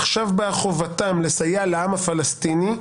עכשיו באה חובתם לסייע לעם הפלסטיני.